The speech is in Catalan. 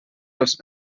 els